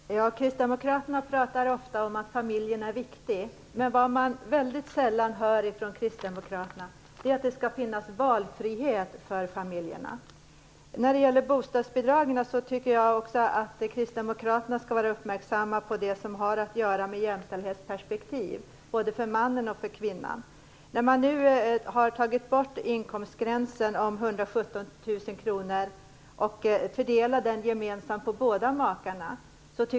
Fru talman! Kristdemokraterna talar ofta om att familjen är viktig. Men man hör dem sällan tala om att det skall finnas valfrihet för familjerna. Jag tycker att Kristdemokraterna skall vara uppmärksamma på jämställdhetsperspektivet - både för mannen och för kvinnan - i bostadsbidragen. Inkomstgränsen på 117 000 kr har nu tagits bort och fördelats gemensamt på båda makarna.